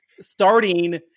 starting